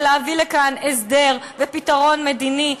זה להביא לכאן הסדר ופתרון מדיני,